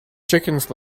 chickens